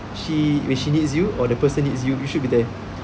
she when she needs you or the person needs you you should be there